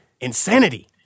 insanity